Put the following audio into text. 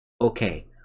okay